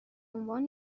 عنوان